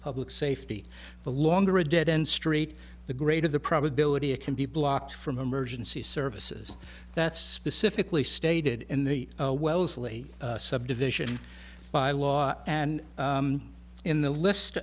public safety the longer a dead end street the greater the probability it can be blocked from emergency services that's specifically stated in the wellesley subdivision bylaws and in the list